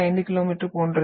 5 கிமீ போன்றது